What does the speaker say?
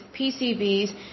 PCBs